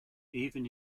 even